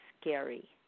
scary